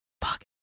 fuck